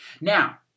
Now